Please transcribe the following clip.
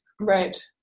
Right